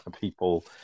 people